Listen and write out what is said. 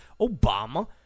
Obama